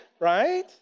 right